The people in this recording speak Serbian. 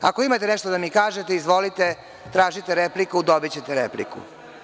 Ako imate nešto da mi kažete, izvolite tražite repliku, dobićete repliku.